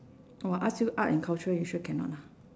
or I ask you art and culture you sure cannot ah